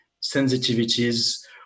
sensitivities